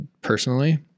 personally